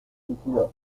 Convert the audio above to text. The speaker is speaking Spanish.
suicidó